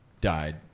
died